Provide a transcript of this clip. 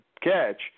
catch